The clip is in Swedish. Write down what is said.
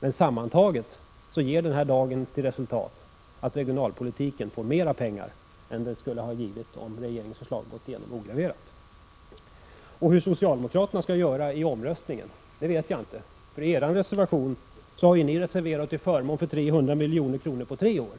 men sammantaget ger dagens debatt till resultat att regionalpolitiken får mera pengar än vad som skulle ha blivit fallet, om regeringens förslag hade gått igenom ograverat. Hur ni socialdemokrater skall göra vid omröstningen vet jag inte, för ni har ju reserverat er till förmån för 300 milj.kr. på tre år.